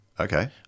Okay